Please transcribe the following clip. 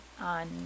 on